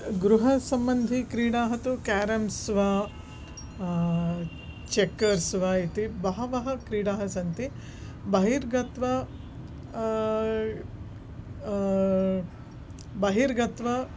गृहसम्बन्धिक्रीडाः तु क्यारम्स् वा चेक्कर्स् वा इति बह्व्यः क्रीडाः सन्ति बहिर्गत्वा बहिर्गत्वा